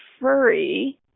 furry